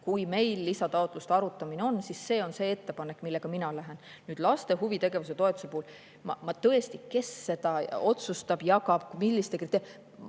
Kui meil lisataotluste arutamine on, siis see on see ettepanek, millega mina sinna lähen. Laste huvitegevuse toetuse puhul ma tõesti ei tea, kes seda otsustab, jagab, milliste kriteeriumite